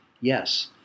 Yes